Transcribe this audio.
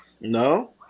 No